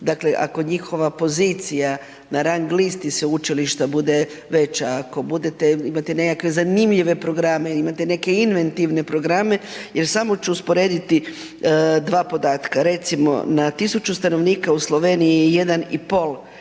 dakle ako njihova pozicija na rang listi sveučilišta bude veća, ako imate zanimljive programe, imate neke inventivne programe jer samo ću usporediti dva podatka. Recimo na 1000 stanovnika u Sloveniji je 1,5 strani